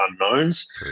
unknowns